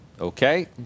Okay